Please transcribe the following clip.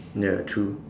ya true